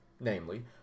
namely